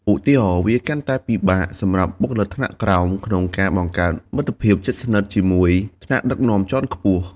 ឧទាហរណ៍ វាកាន់តែពិបាកសម្រាប់បុគ្គលិកថ្នាក់ក្រោមក្នុងការបង្កើតមិត្តភាពជិតស្និទ្ធជាមួយថ្នាក់ដឹកនាំជាន់ខ្ពស់។